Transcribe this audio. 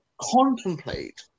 contemplate